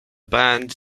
band